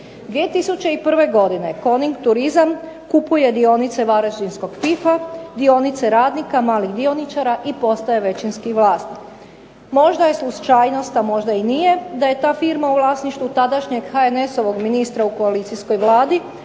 2001. godine Coning turizam kupuje dionice Varaždinskog ..., dionice radnika, malih dioničara i postaje većinski vlasnik. Možda je slučajnost, a možda i nije da je ta firma u vlasništvu tadašnjeg HNS-ovog ministra u koalicijskoj vladi,